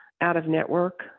out-of-network